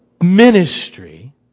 ministry